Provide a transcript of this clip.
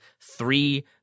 three